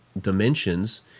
dimensions